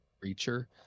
creature